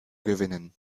gewinnen